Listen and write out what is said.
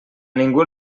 ningú